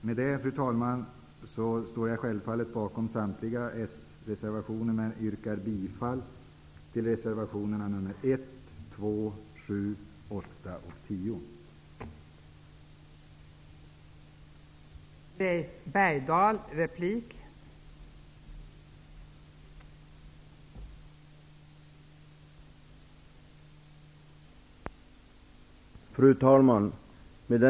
Med detta, fru talman, står jag självfallet bakom samtliga s-reservationer, men yrkar bifall till reservationerna nr 1, 2, 7, 8 och 10.